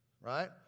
Right